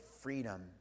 freedom